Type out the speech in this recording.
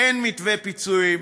אין מתווה פיצויים,